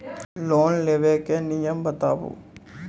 Loan लेबे के नियम बताबू?